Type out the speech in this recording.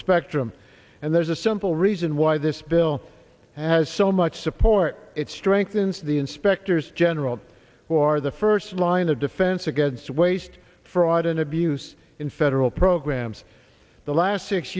spectrum and there's a simple reason why this bill has so much support it strengthens the inspectors general who are the first line of defense against waste fraud and abuse in federal programs the last six